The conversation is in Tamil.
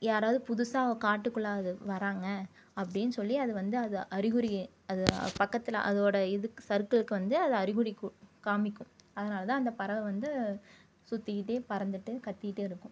யாராவது புதுசாக காட்டுக்குள்ளே அது வராங்க அப்படின்னு சொல்லி அது வந்து அது அறிகுறி அது பக்கத்தில் அதோடய இதுக்கு சர்க்குளுக்கு வந்து அறிகுறிக்கும் காமிக்கும் அதனால் தான் அந்த பறவை வந்து சுற்றிக்கிட்டே பறந்துகிட்டு கத்திக்கிட்டு இருக்கும்